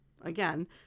again